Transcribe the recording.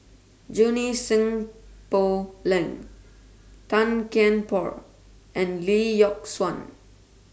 Junie Sng Poh Leng Tan Kian Por and Lee Yock Suan